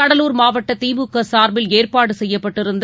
கடலூர் மாவட்ட திமுக சார்பில் ஏற்பாடு செய்யப்பட்டிருந்த